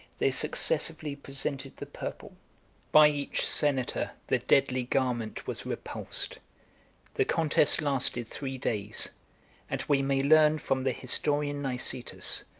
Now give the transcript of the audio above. they successively presented the purple by each senator the deadly garment was repulsed the contest lasted three days and we may learn from the historian nicetas,